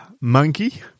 Monkey